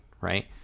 right